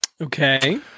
okay